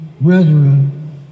brethren